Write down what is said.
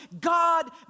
God